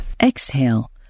Exhale